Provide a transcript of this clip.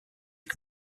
can